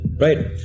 right